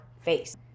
face